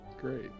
Great